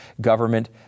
government